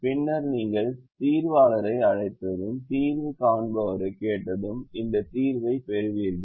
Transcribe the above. பின்னர் நீங்கள் தீர்வாளரை அழைத்ததும் தீர்வு காண்பவரைக் கேட்டதும் இந்த தீர்வைப் பெறுவீர்கள்